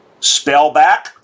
spellback